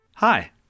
Hi